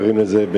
קוראים לזה,